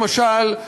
למשל,